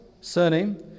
surname